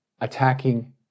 attacking